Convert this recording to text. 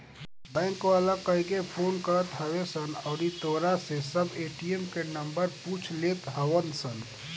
bank वाला कहिके phone करत हवे सन अउरी तोहरा से सब ए.टी.एम के नंबर पूछ लेत हवन सन